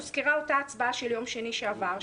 הוזכרה אותה הצבעה של יום שני שעבר,